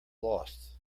lost